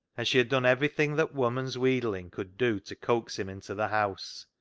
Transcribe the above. and she had done everything that woman's wheedling could do to coax him into the house,